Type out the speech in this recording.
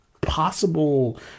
possible